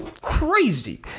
Crazy